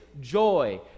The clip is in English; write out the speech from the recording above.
joy